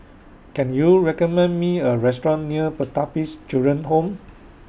Can YOU recommend Me A Restaurant near Pertapis Children Home